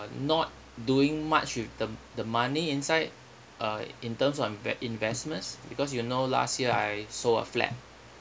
not doing much with the the money inside uh in terms of in~ investments because you know last year I sold a flat